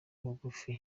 bugufi